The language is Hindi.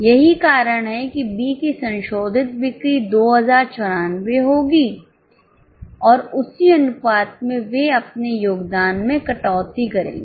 यही कारण है कि बी की संशोधित बिक्री 2094 होगी और उसी अनुपात में वे अपने योगदान में कटौती करेंगे